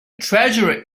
treasure